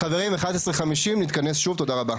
חברים, 11:50 נתכנס שוב, תודה רבה.